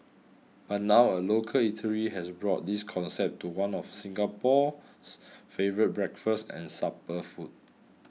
but now a local eatery has brought this concept to one of Singapore's favourite breakfast and supper food